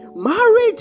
Marriage